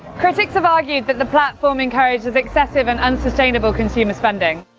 critics have argued that the platform encourages excessive and unsustainable consumer spending.